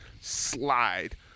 slide